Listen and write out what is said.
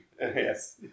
Yes